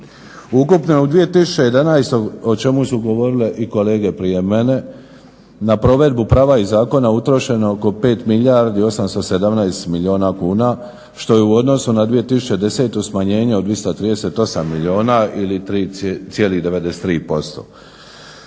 Ukupno je u 2011. o čemu su govorile i kolege prije mene, na provedbu prava iz zakona utrošeno oko 5 milijardi 817 milijuna kuna što je u odnosu na 2010. smanjenje od 238 milijuna ili 3,93%.